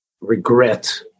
regret